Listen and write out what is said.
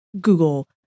Google